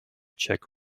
czech